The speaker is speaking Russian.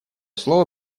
слово